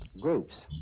groups